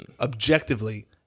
Objectively